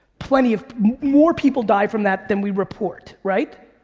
plenty of, more people die from that than we report, right?